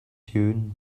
tune